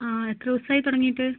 ആ എത്ര ദിവസമായി തുടങ്ങിയിട്ട്